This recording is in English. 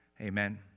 Amen